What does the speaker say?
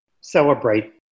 celebrate